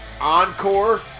encore